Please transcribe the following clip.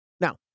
Now